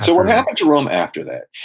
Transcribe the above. so, what happened to rome after that.